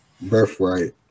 Birthright